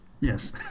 Yes